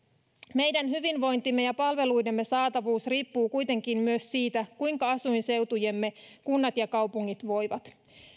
meidän hyvinvointimme ja palveluidemme saatavuus riippuu kuitenkin myös siitä kuinka asuinseutujemme kunnat ja kaupungit voivat